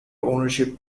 ownership